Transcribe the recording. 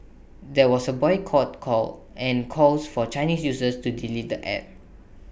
there was A boycott call and calls for Chinese users to delete the app